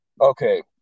Okay